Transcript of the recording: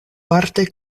parte